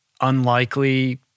unlikely